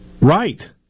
Right